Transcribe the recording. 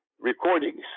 recordings